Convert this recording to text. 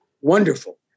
wonderful